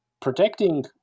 Protecting